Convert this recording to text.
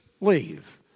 Leave